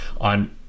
on –